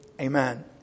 Amen